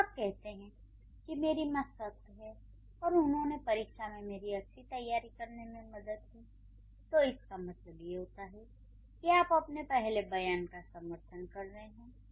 जब आप कहते हैं कि मेरी मां सख्त है और उन्होंने परीक्षा में मेरी अच्छी तैयारी करने में मदद की तो इसका मतलब है कि आप अपने पहले बयान का समर्थन कर रहे हैं